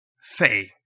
say